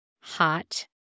hot